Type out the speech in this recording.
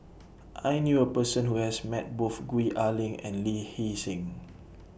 I knew A Person Who has Met Both Gwee Ah Leng and Lee Hee Seng